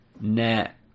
net